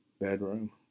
bedroom